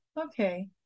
Okay